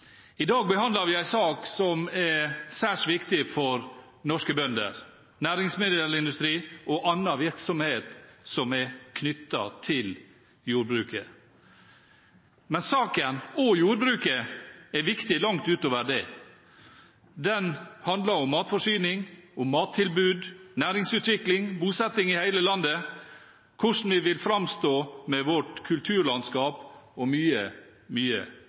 I dag behandler vi en sak som er særs viktig for norske bønder, næringsmiddelindustri og annen virksomhet som er knyttet til jordbruket. Men saken – og jordbruket – er viktig langt ut over det. Den handler om matforsyning, mattilbud, næringsutvikling, bosetting i hele landet, hvordan vi vil framstå med vårt kulturlandskap, og mye, mye